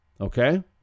okay